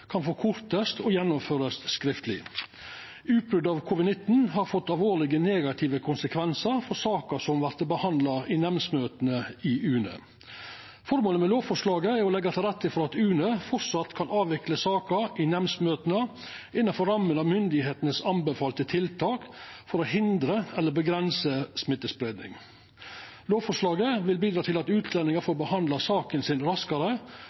kan forkortast og gjennomførast skriftleg. Utbrotet av covid-19 har fått alvorlege negative konsekvensar for saker som vert behandla i nemndsmøta i UNE. Føremålet med lovforslaget er å leggja til rette for at UNE framleis kan avvikla saker i nemndsmøta innanfor rammene av dei anbefalte tiltaka frå myndigheitene for å hindra eller avgrensa smittespreiing. Lovforslaget vil bidra til at utlendingar får saka si behandla raskare,